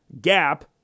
Gap